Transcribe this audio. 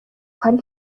کاری